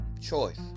choice